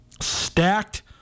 stacked